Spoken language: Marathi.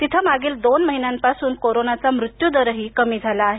तिथे मागील दोन महिन्यांपासून कोरोनाचा मृत्यूदरही कमी झाला आहे